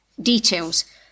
details